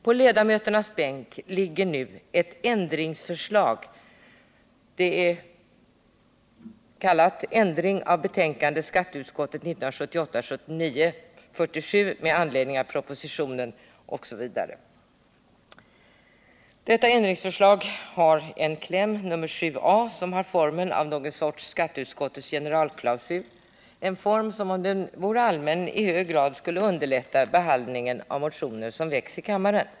På ledamöternas bänk ligger nu ett ändringsförslag med rubriken ”Ändring av betänkandet SKU 1978 79:136 -”. Detta ändringsförslag har en kläm med nr 7 a som har formen av någon sorts skatteutskottets generalklausul — en form som, om den vore allmän, i hög grad skulle underlätta behandlingen av motioner som väcks i kammaren.